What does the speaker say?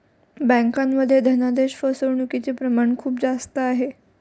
बँकांमध्ये धनादेश फसवणूकचे प्रमाण खूप जास्त आहे